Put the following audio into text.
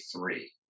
three